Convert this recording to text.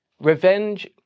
Revenge